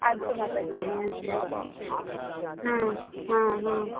अस्तु माताजि अस्तु